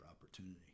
opportunity